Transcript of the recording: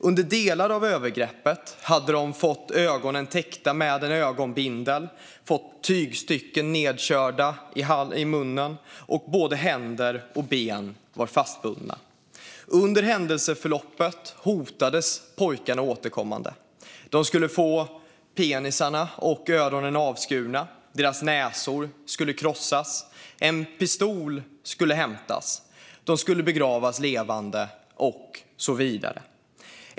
Under delar av övergreppen hade de fått ögonen täckta med en ögonbindel, fått tygstycken nedkörda i munnen och både händer och ben var fastbundna. Under händelseförloppet hotades pojkarna återkommande: De skulle få penisar och öron avskurna, deras näsor skulle krossas, en pistol skulle hämtas, de skulle begravas levande och så vidare.